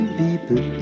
people